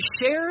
shared